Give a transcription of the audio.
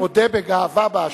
אני מודה בגאווה באשמה.